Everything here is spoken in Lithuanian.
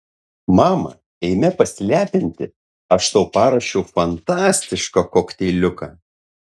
mama eime pasilepinti aš tau paruošiau fantastišką kokteiliuką